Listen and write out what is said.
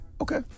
Okay